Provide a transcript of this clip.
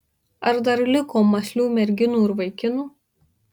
ar dar liko mąslių merginų ir vaikinų